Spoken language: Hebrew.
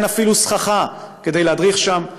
אין אפילו סככה כדי להדריך שם.